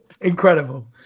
incredible